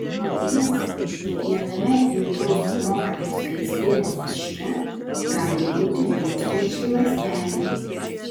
vadinasi kiekviename jautraus tomografo skleistinės taške gali būti tūkstančiai ląstelių